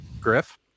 Griff